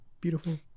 beautiful